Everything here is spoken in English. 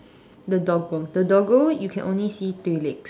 the doggo the doggo you can only see three legs